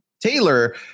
Taylor